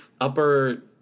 upper